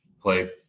play